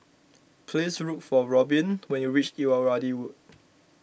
please look for Robyn when you reach Irrawaddy Road